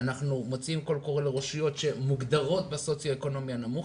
אנחנו מוציאים קול קורא לרשויות שמוגדרות בסוציו אקונומי הנמוך